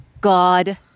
god